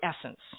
essence